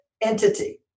entity